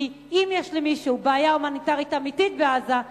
כי אם יש למישהו בעיה הומניטרית אמיתית בעזה,